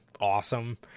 awesome